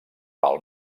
pal